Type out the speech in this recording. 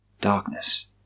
Darkness